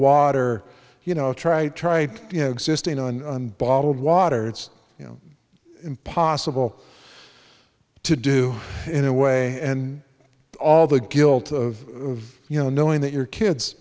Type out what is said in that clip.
water you know try try to you know existing on bottled water it's impossible to do in a way and all the guilt of you know knowing that your kids